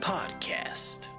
Podcast